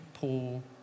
Paul